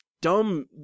dumb